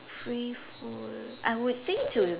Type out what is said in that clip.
free food I would say to